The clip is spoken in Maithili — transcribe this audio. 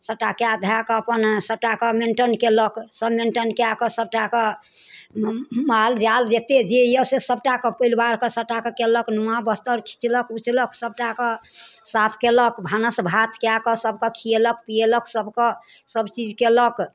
सभटा कए धए कऽ अपन सभटाके मेन्टन कयलक सभ मेन्टन कए कऽ सभटाके माल जाल जते जे यऽ से सभटा कऽ परिवारके सभटाके कयलक नुआ बस्तर खिचलक उचलक सभटाके साफ कयलक भानस भात कए कऽ सभके खियेलक पियेलक सभके सभचीज कयलक